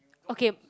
okay